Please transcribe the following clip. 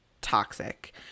toxic